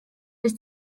his